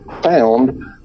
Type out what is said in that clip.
found